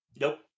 Nope